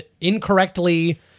incorrectly